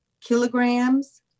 kilograms